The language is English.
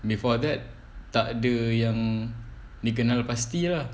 before that takde yang dikenal pasti lah